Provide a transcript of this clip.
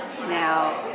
Now